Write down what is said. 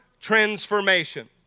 transformation